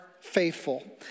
Faithful